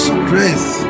strength